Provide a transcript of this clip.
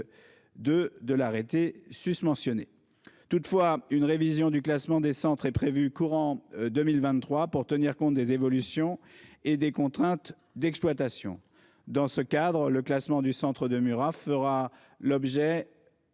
de l'arrêté susmentionné. Toutefois, une révision du classement des centres est prévue dans le courant de l'année 2023, pour tenir compte des évolutions des contraintes d'exploitation. Dans ce cadre, le classement du centre de Murat fera l'objet